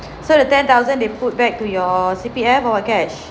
so the ten thousand they put back to your C_P_F or cash